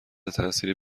تاثیر